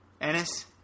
Ennis